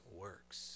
works